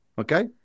okay